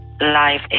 life